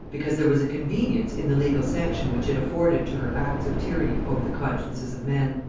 because there was a convenience in the legal sanction which it afforded to her acts of tyranny over the consciences of men.